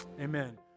amen